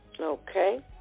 Okay